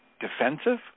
defensive